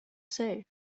say